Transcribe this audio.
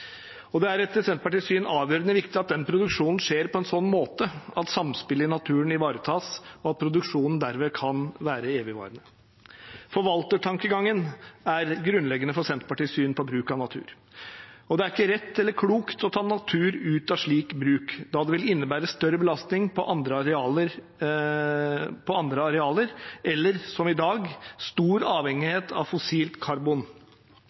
Det er etter Senterpartiets syn avgjørende viktig at den produksjonen skjer på en sånn måte at samspillet i naturen ivaretas, og at produksjonen dermed kan være evigvarende. Forvaltertankegangen er grunnleggende for Senterpartiets syn på bruk av natur, og det er ikke rett eller klokt å ta natur ut av en slik bruk, da det vil innebære større belastning på andre arealer eller, som i dag, stor avhengighet av fossilt karbon,